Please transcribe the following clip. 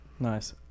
Nice